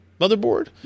motherboard